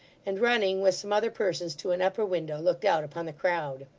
and running with some other persons to an upper window, looked out upon the crowd.